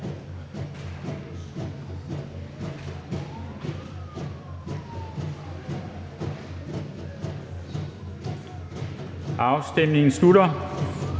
Afstemningen slutter.